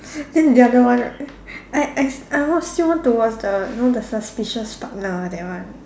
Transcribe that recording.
then the other one right I I I watch still want to watch the you know the suspicious partner that one